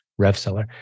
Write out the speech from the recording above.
Revseller